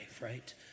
right